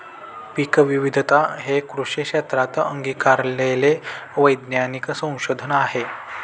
पीकविविधता हे कृषी क्षेत्रात अंगीकारलेले वैज्ञानिक संशोधन आहे